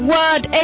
Word